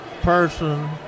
person